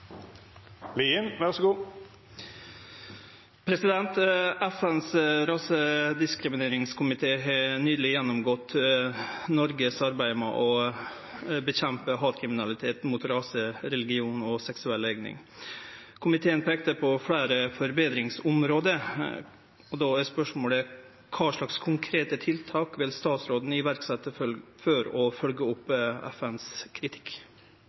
FNs rasediskrimineringskomité har nyleg gjennomgått Noregs arbeid med å motverke hatkriminalitet mot rase, religion og seksuell legning. Komiteen peikte på fleire forbetringsområde, og då er spørsmålet: Kva konkrete tiltak vil statsråden setje i verk for å følgje opp FNs kritikk?